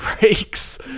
breaks